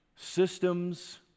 Systems